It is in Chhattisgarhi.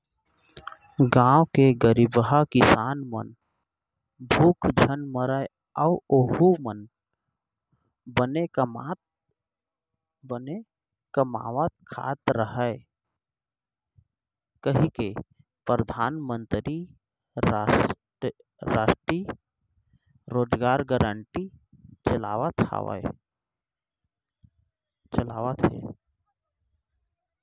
गाँव के गरीबहा किसान मन ह भूख झन मरय अउ ओहूँ ह बने कमावत खात रहय कहिके परधानमंतरी रास्टीय रोजगार योजना चलाए जावत हे